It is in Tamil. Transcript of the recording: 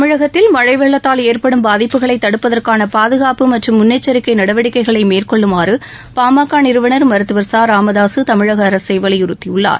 தமிழகத்தில் மழை வெள்ளத்தால் ஏற்படும் பாதிப்புகளை தடுப்பதற்கான பாதுகாப்பு மற்றும் முன்னெச்சரிக்கை நடவடிக்கைகளை மேற்கொள்ளுமாறு பாமக நிறுவனா மருத்துவா ச ராமதாசு தமிழக அரசை வலியுறுத்தியுள்ளார்